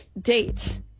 date